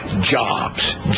jobs